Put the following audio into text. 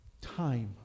time